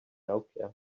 nokia